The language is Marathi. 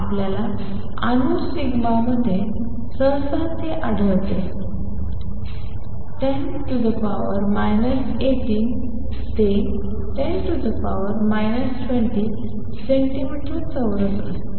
आपल्याला अणू सिग्मामध्ये सहसा जे आढळते ते 10 18 ते 10 20 सेंटीमीटर चौरस असते